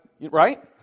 Right